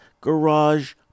Garage